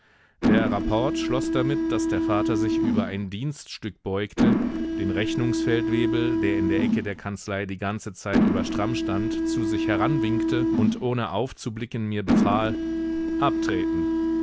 der rapport schloß damit daß der vater sich über ein dienststück beugte den rechnungsfeldwebel der in der ecke der kanzlei die ganze zeit über stramm stand zu sich heranwinkte und ohne aufzublicken mir befahl abtreten